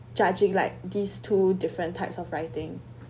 judging like these two different types of writing